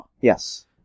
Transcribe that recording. Yes